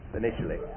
initially